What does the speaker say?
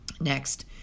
Next